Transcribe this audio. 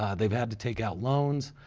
ah they've had to take out loans.